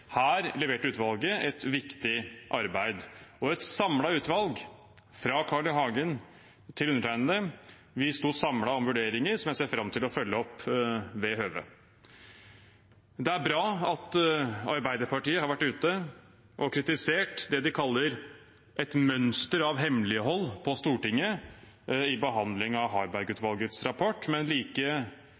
Her leverte utvalget et viktig arbeid. Et samlet utvalg – fra Carl. I. Hagen til undertegnede – sto samlet om vurderinger som jeg ser fram til å følge opp ved høve. Det er bra at Arbeiderpartiet har vært ute og kritisert det de kaller et mønster av hemmelighold på Stortinget, i behandlingen av Harberg-utvalgets rapport, men